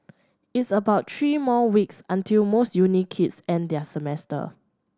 it's about three more weeks until most uni kids end their semester